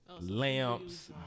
lamps